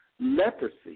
leprosy